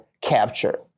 capture